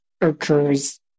occurs